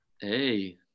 Hey